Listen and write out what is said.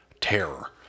terror